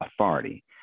authority